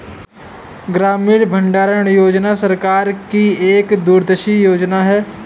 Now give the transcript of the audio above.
ग्रामीण भंडारण योजना सरकार की एक दूरदर्शी योजना है